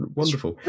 wonderful